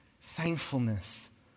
thankfulness